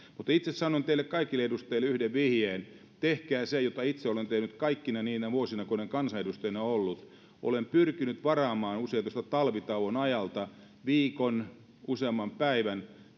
mutta itse sanon teille kaikille edustajille yhden vihjeen tehkää se mitä itse olen tehnyt kaikkina niinä vuosina kun olen kansanedustajana ollut olen pyrkinyt varaamaan usein tuosta talvitauon ajalta viikon useamman päivän